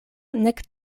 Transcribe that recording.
nek